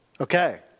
Okay